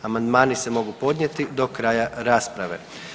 Amandmani se mogu podnijeti do kraja rasprave.